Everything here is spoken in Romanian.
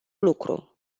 lucru